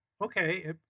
Okay